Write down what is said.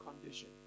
condition